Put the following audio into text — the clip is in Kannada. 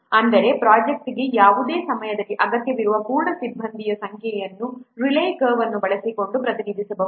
ಅಂದರೆ ಪ್ರೊಜೆಕ್ಟ್ಗೆ ಯಾವುದೇ ಸಮಯದಲ್ಲಿ ಅಗತ್ಯವಿರುವ ಪೂರ್ಣ ಸಮಯದ ಸಿಬ್ಬಂದಿ ಸಂಖ್ಯೆಯನ್ನು ರೇಲೈ ಕರ್ವ್ ಅನ್ನು ಬಳಸಿಕೊಂಡು ಪ್ರತಿನಿಧಿಸಬಹುದು